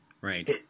Right